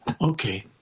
okay